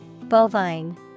Bovine